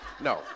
No